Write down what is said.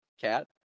Cat